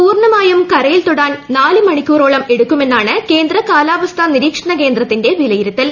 പൂർണമായും കരയിൽ തൊടാൻ നാല് മണിക്കൂറ്റോളം എടുക്കുമെന്നാണ് കേന്ദ്ര കാലാവസ്ഥാ നിരീക്ഷണി കേന്ദ്രത്തിന്റെ വിലയിരുത്തൽ